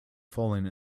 falling